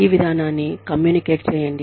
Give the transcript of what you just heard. ఈ విధానాన్ని కమ్యూనికేట్ చేయండి